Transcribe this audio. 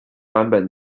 版本